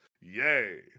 Yay